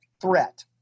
threat